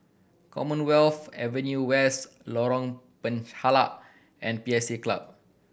Commonwealth Avenue West Lorong Penchalak and P S A Club